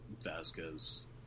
Vasquez